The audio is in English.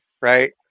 right